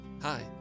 Hi